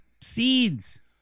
seeds